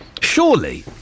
Surely